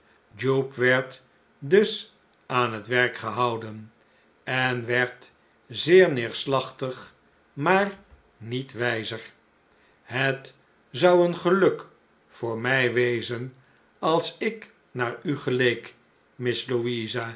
werd dus aan het werk gehouden en werd zeer neerslachtig maar niet wijzer het zou een geluk voor mij wezen als ik naar u geleek